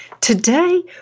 Today